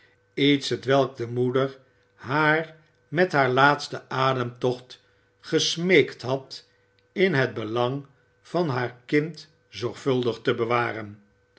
iets hetwelk de moeder haar met haar laatsten ademtocht gesmeekt had in het belang van haar kind zorgvuldig te bewaren